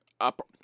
up